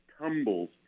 tumbles